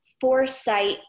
foresight